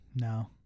no